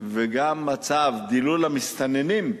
וגם מצב דילול המסתננים,